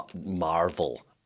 marvel